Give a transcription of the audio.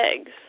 eggs